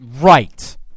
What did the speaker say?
Right